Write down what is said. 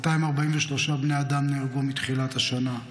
243 בני אדם נהרגו מתחילת השנה,